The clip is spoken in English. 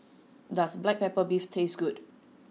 does black pepper beef taste good